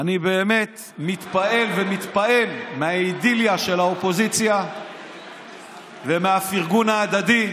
אני באמת מתפעל ומתפעם מהאידיליה של האופוזיציה ומהפרגון ההדדי.